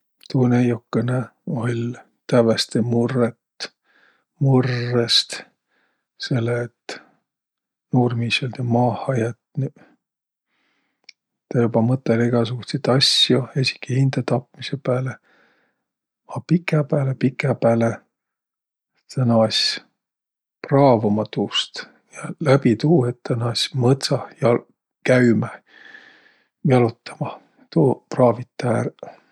Tuu näiokõnõ oll' tävveste murrõt murrõst, selle et nuurmiis oll' tä maaha jätnüq. Tä joba mõtõl' egäsugutsit asjo, esiki hindätapmisõ pääle, a pikäpääle-pikäpääle tä naas' praavuma tuust. Ja läbi tuu, et tä naas' mõtsah jal- käümä jalotamah, tuu praavit' tä ärq.